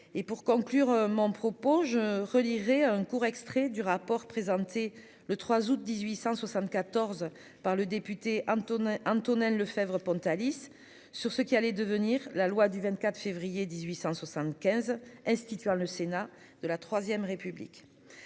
Et pour conclure mon propos je redirai un court extrait du rapport présenté le 3 août 1874 par le député Hampton un tunnel Lefebvre Pontalis sur ce qui allait devenir la loi du 24 février 1875 instituant le Sénat de la IIIe République.